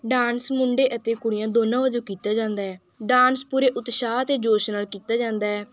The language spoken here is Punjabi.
ਡਾਂਸ ਮੁੰਡੇ ਅਤੇ ਕੁੜੀਆਂ ਦੋਨਾਂ ਵਲੋਂ ਕੀਤਾ ਜਾਂਦਾ ਹੈ ਡਾਂਸ ਪੂਰੇ ਉਤਸ਼ਾਹ ਅਤੇ ਜੋਸ਼ ਨਾਲ ਕੀਤਾ ਜਾਂਦਾ ਹੈ